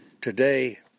Today